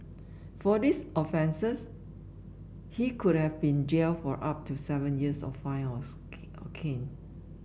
for his offences he could have been jailed for up to seven years or fined or caned